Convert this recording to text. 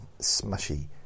smushy